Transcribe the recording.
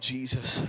Jesus